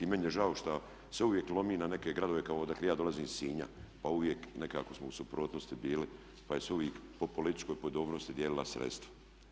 Meni je žao što se uvijek lomi na neke gradove kao npr. odakle ja dolazim iz Sinja pa uvijek nekako smo u suprotnosti bili pa se uvijek po političkoj podobnosti dijelila sredstva.